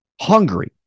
hungry